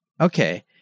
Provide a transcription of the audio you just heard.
Okay